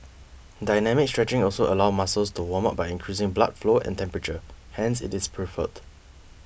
dynamic stretching also allows muscles to warm up by increasing blood flow and temperature hence it is preferred